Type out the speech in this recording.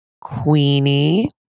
Queenie